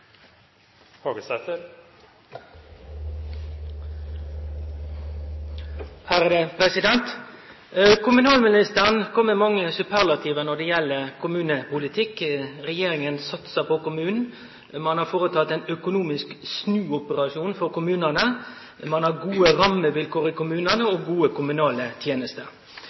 Kommunalministeren kom med mange superlativ når det gjeld kommunepolitikk. Regjeringa satsar på kommunen. Ein har føreteke ein økonomisk snuoperasjon for kommunane, ein har gode rammevilkår i kommunane, og ein har gode kommunale tenester.